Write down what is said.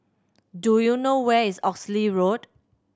do you know where is Oxley Road